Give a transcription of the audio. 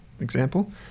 example